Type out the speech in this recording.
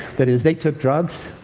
that is, they took drugs,